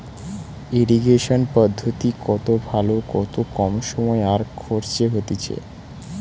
irrigation পদ্ধতি কত ভালো কম সময় আর খরচে হতিছে